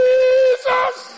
Jesus